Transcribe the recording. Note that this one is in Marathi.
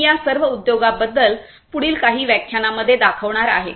मी या सर्व उद्योगांबद्दल पुढील काही व्याख्यानांमध्ये दाखवणार आहे